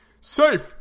safe